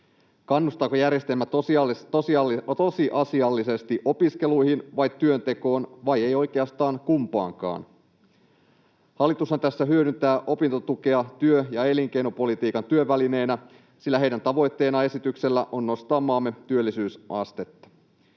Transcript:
Kannustaako järjestelmä tosiasiallisesti opiskeluihin vai työntekoon vai ei oikeastaan kumpaankaan? Hallitushan tässä hyödyntää opintotukea työ- ja elinkeinopolitiikan työvälineenä, sillä heidän tavoitteenaan on nostaa esityksellä maamme työllisyysastetta.